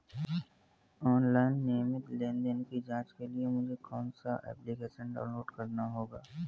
Online नियमित लेनदेन की जांच के लिए मुझे कौनसा एप्लिकेशन डाउनलोड करना होगा?